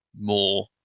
more